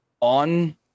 on